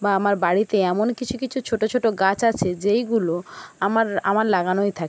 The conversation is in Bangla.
বা আমার বাড়িতে এমন কিছু কিছু ছোটো ছোটো গাছ আছে যেইগুলো আমার আমার লাগানোই থাকে